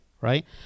right